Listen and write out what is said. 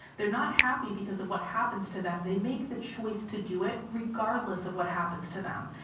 they're not happy because of what happens to them, they make the choice to do it regardless of what happens to them.